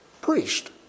priest